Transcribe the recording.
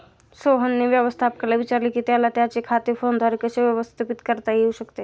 सोहनने व्यवस्थापकाला विचारले की त्याला त्याचे खाते फोनद्वारे कसे व्यवस्थापित करता येऊ शकते